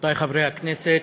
רבותי חברי הכנסת,